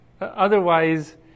Otherwise